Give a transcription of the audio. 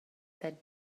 that